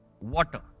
water